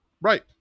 right